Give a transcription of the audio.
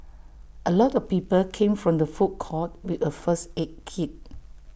A lot of people came from the food court with A first aid kit